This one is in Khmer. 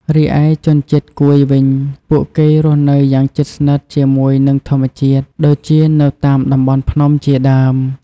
រីឯជនជាតិកួយវិញ ពួកគេរស់នៅយ៉ាងជិតស្និទ្ធជាមួយនឹងធម្មជាតិ ដូចជានៅតាមតំបន់ភ្នំជាដើម។